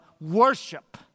worship